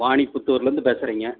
வாணி புத்தூர்லேருந்து பேசுறீங்க